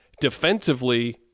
defensively